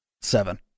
seven